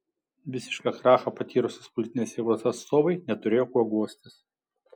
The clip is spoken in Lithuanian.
visišką krachą patyrusios politinės jėgos atstovai neturėjo kuo guostis